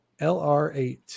LR8